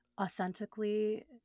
authentically